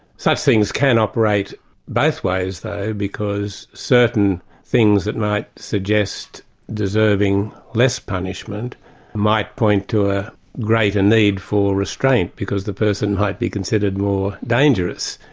such things can operate both ways though, because certain things that might suggest deserving less punishment might point to a greater need for restraint, because the person might be considered more dangerous.